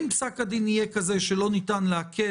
אם פסק הדין יהיה כזה שלא ניתן לעכל